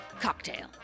cocktail